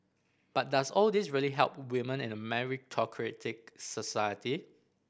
but does all this really help women in a meritocratic society